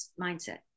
mindset